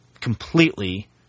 completely